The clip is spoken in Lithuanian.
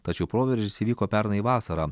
tačiau proveržis įvyko pernai vasarą